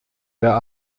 der